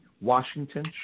Washington